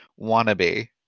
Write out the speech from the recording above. wannabe